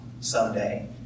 someday